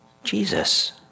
Jesus